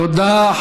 תודה.